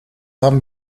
haben